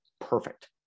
Perfect